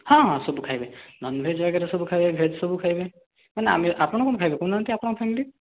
ହଁ ସବୁ ଖାଇବେ ନନଭେଜ୍ ବଗାରା ସବୁ ଖାଇବେ ଭେଜ୍ ସବୁ ଖାଇବେ ନା ନା ଆମେ ଆପଣ କ'ଣ ଖାଇବେ କହୁନାହାଁନ୍ତି ଆପଣଙ୍କ ଫ୍ୟାମିଲି